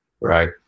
right